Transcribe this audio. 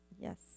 Yes